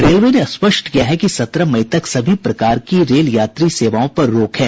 railway ने स्पष्ट किया है कि सत्रह मई तक सभी प्रकार की रेल यात्री सेवाओं पर रोक है